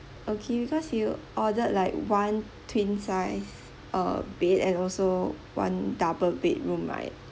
okay because you ordered like one twin size uh bed and also one double bedroom right